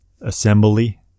assembly